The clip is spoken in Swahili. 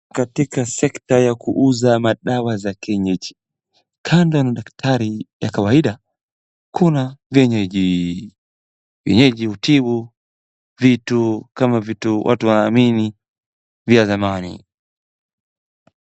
Katika sekta ya kuuza madawa za kienyeji kando ya madaktari wa kawaida kuna vienyeji hutibu vitu kama vitu watu hawaamini vya zamani.